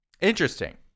Interesting